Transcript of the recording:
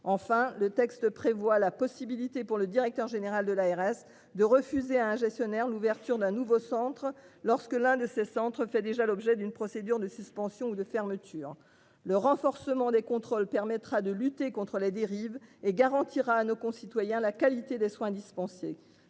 Enfin, le texte prévoit la possibilité pour le directeur général de l'ARS de refuser un gestionnaire, l'ouverture d'un nouveau centre lorsque l'un de ces centres fait déjà l'objet d'une procédure de suspension de fermeture, le renforcement des contrôles permettra de lutter contre les dérives et garantira à nos concitoyens la qualité des soins dispensés